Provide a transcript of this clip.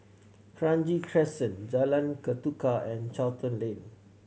Kranji Crescent Jalan Ketuka and Charlton Lane